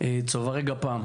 צוברי גפ"ם